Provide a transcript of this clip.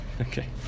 Okay